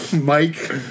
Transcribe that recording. Mike